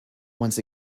once